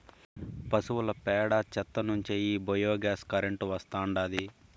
పశువుల పేడ చెత్త నుంచే ఈ బయోగ్యాస్ కరెంటు వస్తాండాది